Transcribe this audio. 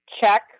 Check